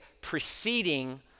preceding